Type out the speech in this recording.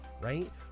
right